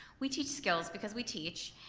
we teach skills because we teach,